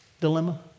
dilemma